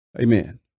Amen